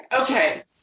Okay